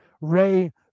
ray